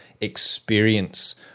experience